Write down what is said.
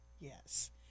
yes